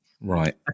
right